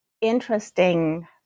interesting